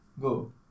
Go